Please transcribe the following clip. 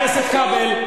חבר הכנסת כבל,